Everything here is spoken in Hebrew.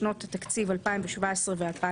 יעדי התקציב לשנות ההתייעלותהתקציב 2017 ו-2018),